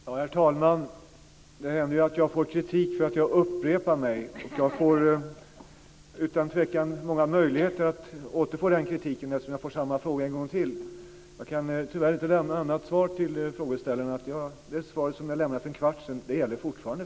Herr talman! Det händer att jag får kritik för att jag upprepar mig. Jag får utan tvekan stora möjligheter att återfå den kritiken, eftersom jag får samma fråga en gång till. Jag kan tyvärr inte lämna annat svar till frågeställaren än att det svar som jag lämnade för en kvart sedan gäller fortfarande.